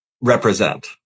represent